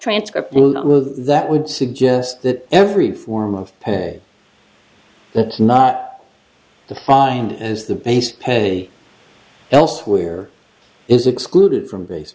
transcript that would suggest that every form of that's not defined as the base pay elsewhere is excluded from